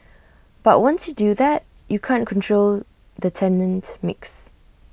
but once you do that you can't control the tenant mix